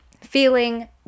feeling